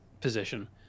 position